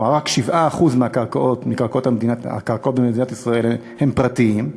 כלומר רק 7% מהקרקעות במדינת ישראל הן פרטיות,